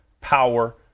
power